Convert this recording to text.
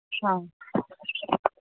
ആ